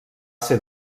ser